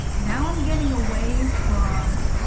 now i'm getting away from